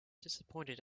disappointed